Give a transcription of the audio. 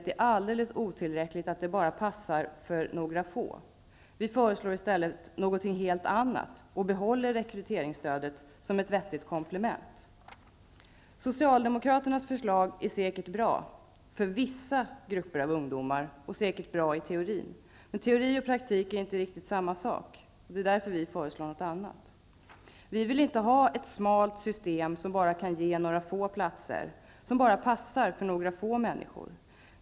De är alldelels otillräckliga och passar bara för några få. Vi föreslår i stället något helt annat och behåller rekryteringsstödet som ett vettigt komplement. Socialdemokraternas förslag är säkert bra för vissa grupper av ungdomar, och bra i teorin. Men teori och praktik är inte riktigt samma sak. Det är därför vi föreslår någonting annat. Vi vill inte ha ett smalt system, som bara kan ge några få platser, som bara passar för några få människor.